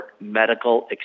medical